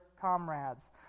comrades